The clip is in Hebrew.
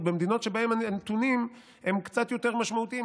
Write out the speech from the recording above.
במדינות שבהן הנתונים הם קצת יותר משמעותיים.